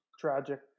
tragic